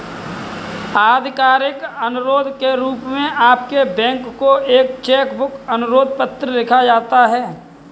आधिकारिक अनुरोध के रूप में आपके बैंक को एक चेक बुक अनुरोध पत्र लिखा जाता है